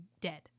dead